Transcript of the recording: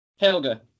Helga